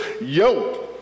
yo